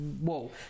whoa